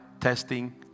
testing